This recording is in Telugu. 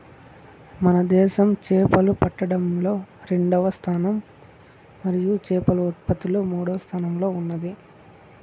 మన దేశం చేపలు పట్టడంలో రెండవ స్థానం మరియు చేపల ఉత్పత్తిలో మూడవ స్థానంలో ఉన్నాది